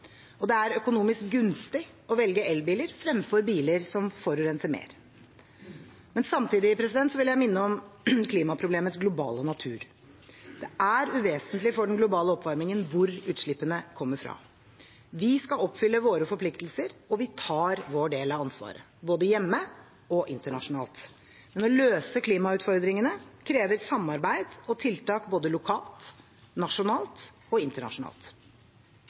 og det er økonomisk gunstig å velge elbiler fremfor biler som forurenser mer. Samtidig vil jeg minne om klimaproblemets globale natur. Det er uvesentlig for den globale oppvarmingen hvor utslippene kommer fra. Vi skal oppfylle våre forpliktelser, og vi tar vår del av ansvaret, både hjemme og internasjonalt. Men å løse klimautfordringene krever samarbeid og tiltak både lokalt, nasjonalt og internasjonalt.